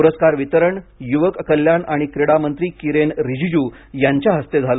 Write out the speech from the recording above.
पुरस्कार वितरण युवक कल्याण आणि क्रीडा मंत्री किरेन रीजीजू यांच्या हस्ते झालं